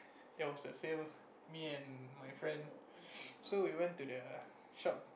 there was that sale me and my friend so we went to the shop